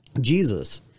Jesus